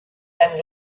and